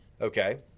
Okay